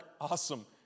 awesome